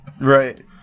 Right